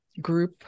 group